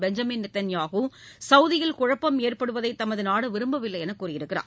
Benjamin Netanyahu சவுதியில் குழப்பம் ஏற்படுவதை தமது நாடு விரும்பவில்லை என்று கூறியுள்ளார்